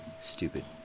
stupid